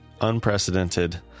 unprecedented